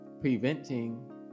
preventing